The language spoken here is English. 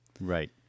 right